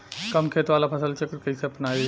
कम खेत वाला फसल चक्र कइसे अपनाइल?